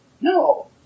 No